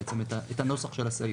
בעצם את הנוסח של הסעיף,